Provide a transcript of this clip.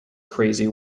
crazy